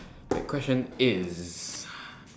the question is